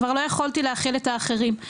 כבר לא יכולתי להכיל את האחרים.